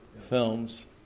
films